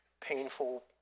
painful